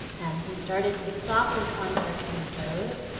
and he started to softly contour kim's nose.